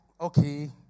okay